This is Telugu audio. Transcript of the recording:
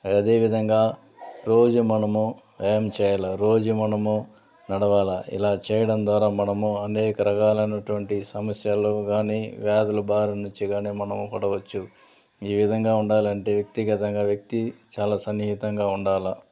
అదేవిధంగా రోజు మనము ప్రయాణం చేయల రోజు మనము నడవాల ఇలా చేయడం ద్వారా మనము అనేక రకాలైనటువంటి సమస్యలు కానీ వ్యాధుల భారి నుంచి కాని మనము ఈ విధంగా ఉండాలంటే వ్యక్తిగతంగా వ్యక్తి చాలా సన్నిహితంగా ఉండాల